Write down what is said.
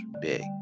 big